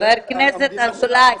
--- חבר הכנסת אזולאי,